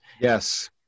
Yes